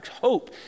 hope